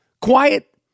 quiet